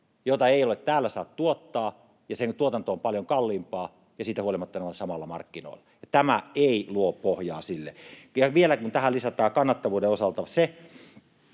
joita ei ole täällä saanut tuottaa ja joiden tuotanto on paljon halvempaa, ja siitä huolimatta ne ovat samoilla markkinoilla. Tämä ei luo pohjaa sille. Vielä kun tähän lisätään kannattavuuden osalta se,